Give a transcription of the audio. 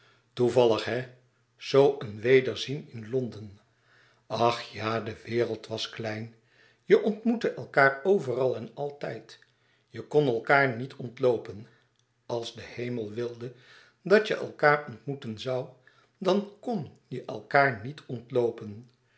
toevallig hè zoo een wederzien in londen ach ja de wereld was klein je ontmoette elkaâr overal en altijd je kon elkaâr niet ontloopen als de hemel wilde dat je elkaâr ontmoeten zoû dan kn je elkaar niet ontloopen